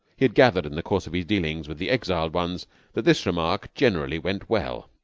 he had gathered in the course of his dealings with the exiled ones that this remark generally went well.